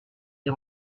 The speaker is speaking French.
des